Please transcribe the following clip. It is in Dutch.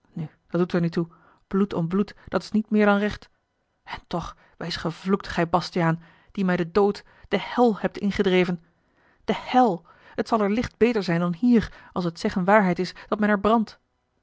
dat doet er niet toe bloed om bloed dat is niet meer dan recht en toch wees gevloekt gij bastiaan die mij den dood de hel hebt ingedreven de hel het zal er licht beter zijn dan hier als het zeggen waarheid is dat men er brandt